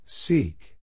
Seek